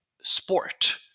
sport